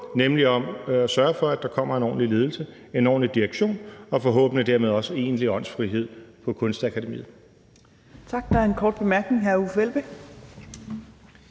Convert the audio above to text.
nemlig om at sørge for, at der kommer en ordentlig ledelse, en ordentlig direktion, og forhåbentlig dermed også egentlig åndsfrihed på Kunstakademiet.